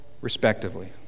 respectively